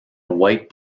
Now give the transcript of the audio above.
white